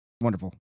Wonderful